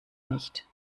nicht